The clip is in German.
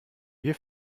wir